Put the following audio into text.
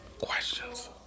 Questions